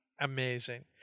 Amazing